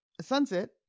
sunset